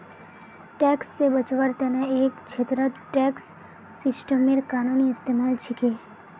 tax से बचवार तने एक छेत्रत टैक्स सिस्टमेर कानूनी इस्तेमाल छिके